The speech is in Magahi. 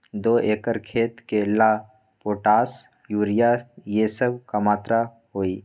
दो एकर खेत के ला पोटाश, यूरिया ये सब का मात्रा होई?